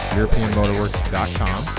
europeanmotorworks.com